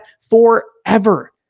forever